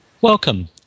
Welcome